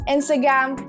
Instagram